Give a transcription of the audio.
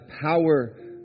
power